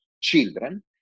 children